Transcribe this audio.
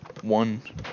one